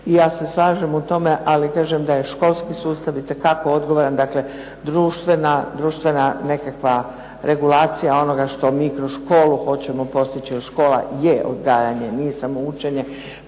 i ja se slažem u tome, ali kažem da je školski sustav itekako odgovoran, dakle društvena nekakva regulacija onoga što mi kroz školu hoćemo postići jer škola je odgajanje nije samo učenje